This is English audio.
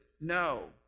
No